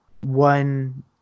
one